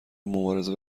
مبارزه